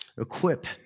equip